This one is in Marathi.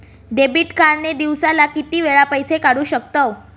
डेबिट कार्ड ने दिवसाला किती वेळा पैसे काढू शकतव?